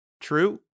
True